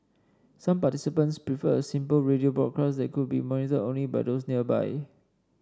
some participants preferred a simple radio broadcast that could be monitored only by those nearby